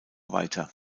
weiter